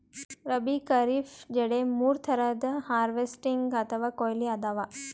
ರಬ್ಬೀ, ಖರೀಫ್, ಝೆಡ್ ಮೂರ್ ಥರದ್ ಹಾರ್ವೆಸ್ಟಿಂಗ್ ಅಥವಾ ಕೊಯ್ಲಿ ಅದಾವ